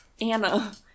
Anna